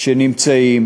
שרובם נמצאים